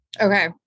Okay